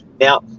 Now